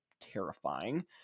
terrifying